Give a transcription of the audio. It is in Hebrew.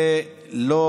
זה לא